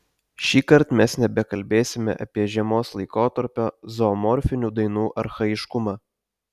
šįkart mes nebekalbėsime apie žiemos laikotarpio zoomorfinių dainų archaiškumą